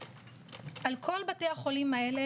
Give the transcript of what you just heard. על כל בתי החולים האלה,